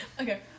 Okay